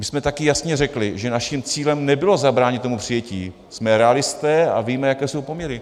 My jsme taky jasně řekli, že naším cílem nebylo zabránit tomu přijetí, jsme realisté a víme, jaké jsou poměry.